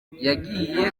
yagiye